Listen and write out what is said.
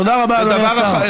תודה רבה, אדוני השר.